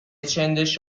چندش